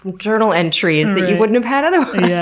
journal entries that you wouldn't have had otherwise. yeah